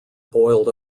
boiled